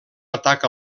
atac